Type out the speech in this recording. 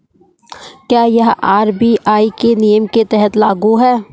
क्या यह आर.बी.आई के नियम के तहत लागू है?